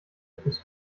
fürs